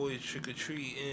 trick-or-treating